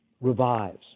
revives